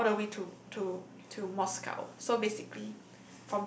and all the way to to to Moscow so basically